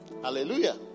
Hallelujah